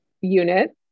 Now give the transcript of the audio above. unit